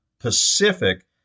Pacific